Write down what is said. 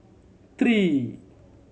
three